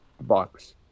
box